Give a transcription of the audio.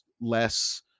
less